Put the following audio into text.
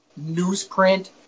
newsprint